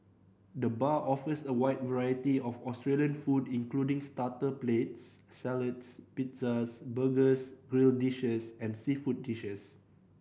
the bar offers a wide variety of Australian food including starter plates salads pizzas burgers grill dishes and seafood dishes